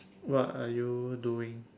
what are you doing